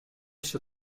się